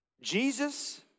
Jesus